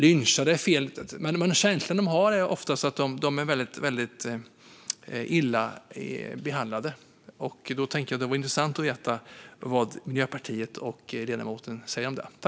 Lynchade är fel ord, men de känner ofta att de behandlas väldigt illa. Det vore intressant att få höra vad Miljöpartiet och ledamoten säger om det.